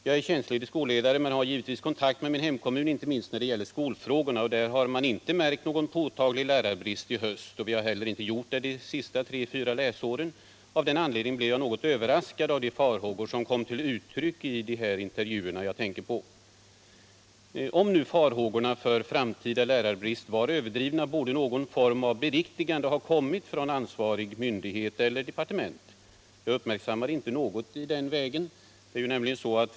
Jag är själv tjänstledig skolledare men har givetvis kontakt med min hemkommun inte minst när det gäller skolfrågorna. Där har man inte märkt någon påtaglig lärarbrist i höst, och vi har heller inte gjort det de sista tre fyra läsåren. Av den anledningen blev jag något överraskad av de farhågor som kom till uttryck i de intervjuer jag här tänker på. Om nu farhågorna för framtida lärarbrist var överdrivna, borde någon form av beriktigande ha kommit från ansvarig myndighet eller från departementet, men jag uppmärksammade inte något i den vägen.